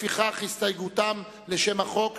לפיכך הסתייגותם לשם החוק נופלת.